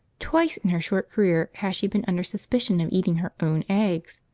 twice in her short career has she been under suspicion of eating her own eggs,